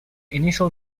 initial